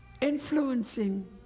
influencing